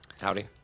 Howdy